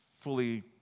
fully